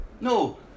No